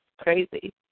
crazy